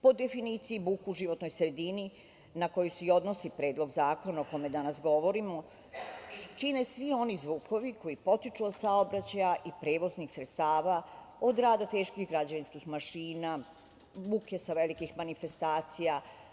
Po definiciji buku u životnoj sredini, na koju se i odnosi predlog zakona o kome danas govorimo, čine svi oni zvukovi koji potiču od saobraćaja i prevoznih sredstava, od rada teških građevinskih mašina, buke sa velikih manifestacija.